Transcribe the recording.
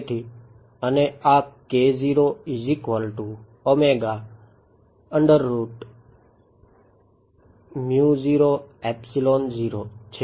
તેથી અને આ છે